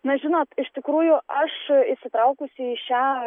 na žinot iš tikrųjų aš įsitraukusi į šią